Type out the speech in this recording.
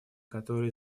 которая